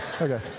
Okay